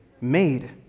Made